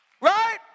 Right